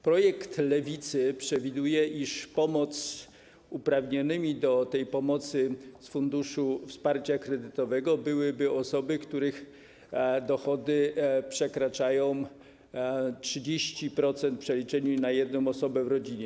Projekt Lewicy przewiduje, iż uprawnione do tej pomocy z Funduszu Wsparcia Kredytobiorców byłyby osoby, których dochody przekraczają 30% w przeliczeniu na jedną osobę w rodzinie.